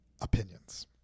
opinions